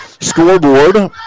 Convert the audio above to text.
scoreboard